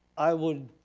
i would,